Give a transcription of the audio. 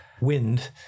wind